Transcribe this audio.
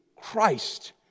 Christ